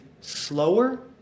slower